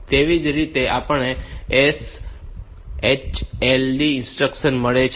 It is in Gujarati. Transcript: તેવી જ રીતે આપણને SHLD ઇન્સ્ટ્રક્શન મળી છે